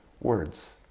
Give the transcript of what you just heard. words